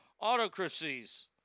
autocracies